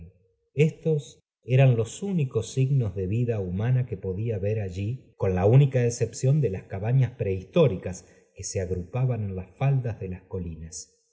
estos eran los únicos signos de vida humana que podía ver allí con la única excepción de las cabanas prehistóricas que se agrupaban en las faldas de las colinás en